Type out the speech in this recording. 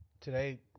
today